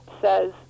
says